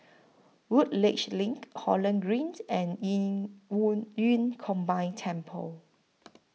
Woodleigh LINK Holland Green and Qing Wu Yun Combined Temple